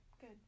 Good